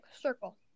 Circle